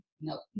no